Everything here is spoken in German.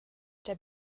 der